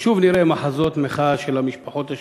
ושוב נראה מחזות מחאה של המשפחות השכולות.